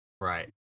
Right